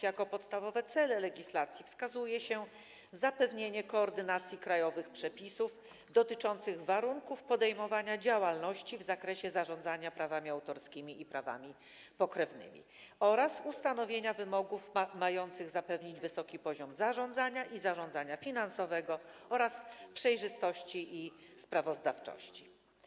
Jako podstawowe cele legislacji wskazuje się: zapewnienie koordynacji krajowych przepisów dotyczących warunków podejmowania działalności w zakresie zarządzania prawami autorskimi i prawami pokrewnymi oraz ustanowienie wymogów mających zapewnić wysoki poziom zarządzania i zarządzania finansowego oraz przejrzystości i sprawozdawczości.